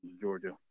Georgia